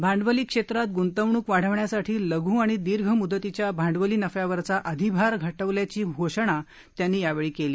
भांडवली क्षेत्रात गुंतवणूक वाढवण्यासाठी लघू आणि दीर्घ मूदतीच्या भांडवली नफ्यावरच्या अधिभार हटवल्याची घोषणा त्यांनी केली